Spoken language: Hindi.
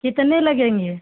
कितने लगेंगे